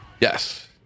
Yes